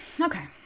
okay